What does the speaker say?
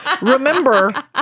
remember